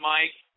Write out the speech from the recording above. Mike